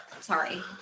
Sorry